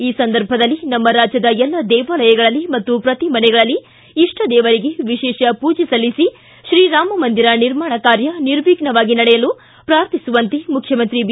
ಈ ಸಂದರ್ಭದಲ್ಲಿ ನಮ್ಮ ರಾಜ್ಯದ ಎಲ್ಲ ದೇವಾಲಯಗಳಲ್ಲಿ ಮತ್ತು ಪ್ರತಿ ಮನೆಗಳಲ್ಲಿ ಇಷ್ಲದೇವರಿಗೆ ವಿಶೇಷ ಪೂಜೆ ಸಲ್ಲಿಸಿ ಶ್ರೀ ರಾಮ ಮಂದಿರ ನಿರ್ಮಾಣ ಕಾರ್ಯ ನಿರ್ವಿಫ್ನವಾಗಿ ನಡೆಯಲು ಪ್ರಾರ್ಥಿಸುವಂತೆ ಮುಖ್ಚಮಂತ್ರಿ ಬಿ